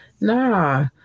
nah